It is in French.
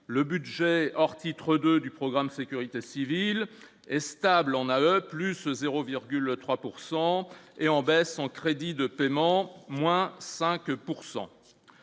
le budget or titre 2 du programme sécurité civile et stable en AE, plus 0,3 pourcent est en baisse en crédits de paiement, moins 5